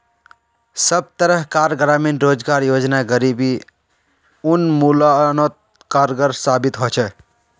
सब तरह कार ग्रामीण रोजगार योजना गरीबी उन्मुलानोत कारगर साबित होछे